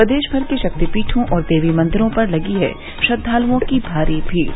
प्रदेश भर के शक्तिपीठो और देवी मंदिरों पर लगी है श्रद्वालुओं की भारी भीड़